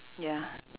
ya